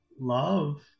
love